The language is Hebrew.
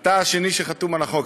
אתה השני שחתום על החוק.